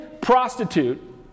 prostitute